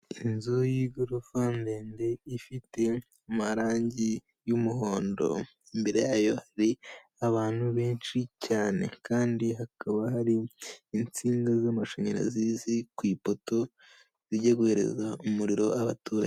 Inzu y'igorofa ndende ifite amarangi y'umuhondo, imbere yayo hari abantu benshi cyane kandi hakaba hari insinga z'amashanyarazi ziri ku ipoto zijya guhereza umuriro abaturage.